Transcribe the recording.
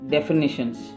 Definitions